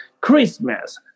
Christmas